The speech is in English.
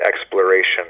exploration